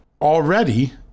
Already